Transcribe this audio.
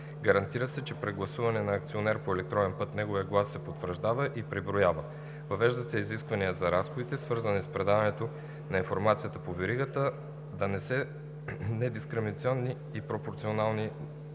гарантира се, че при гласуване на акционер по електронен път неговият глас се потвърждава и преброява. Въвежда се изискване разходите, свързани с предаването на информацията по веригата, да са недискриминационни и пропорционални на